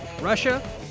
Russia